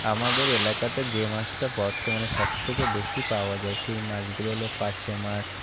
আমাদের এলাকাতে যে মাসটা বর্তমানে সবথেকে বেশি পাওয়া যায় সেই মাছগুলো হলো পার্শে মাছ